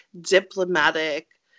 diplomatic